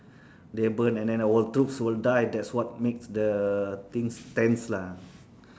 they burn and then our troops will die that's what makes the things tense lah